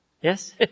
Yes